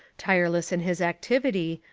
tireless in his activity,